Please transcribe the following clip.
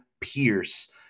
Pierce